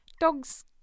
dogs